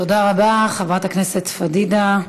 תודה רבה, חברת הכנסת פדידה.